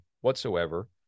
whatsoever